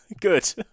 good